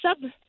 sub